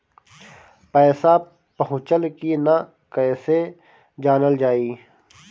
पैसा पहुचल की न कैसे जानल जाइ?